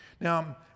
Now